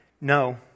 No